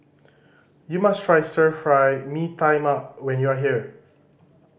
you must try Stir Fry Mee Tai Mak when you are here